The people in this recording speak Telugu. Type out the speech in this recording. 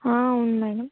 ఆ అవును మేడం